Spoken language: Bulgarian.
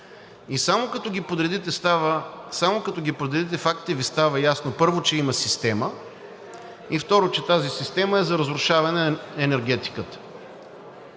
И само като подредите фактите, Ви става ясно – първо, че има система, и второ, че тази система е за разрушаване на енергетиката.